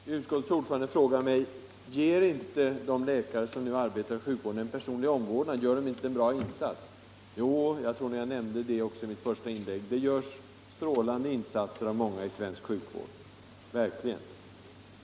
Herr talman! Utskottets ordförande frågar mig: Ger inte de läkare som nu arbetar inom sjukvården en personlig omvårdnad och gör de inte bra insatser? Jo, jag tror att jag nämnde det också i mitt första inlägg. Det görs strålande insatser av många inom den svenska sjukvården.